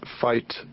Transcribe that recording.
fight